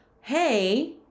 hey